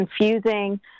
confusing